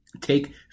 take